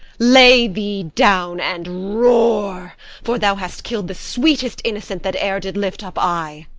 lay thee down and roar for thou hast kill'd the sweetest innocent that e'er did lift up eye.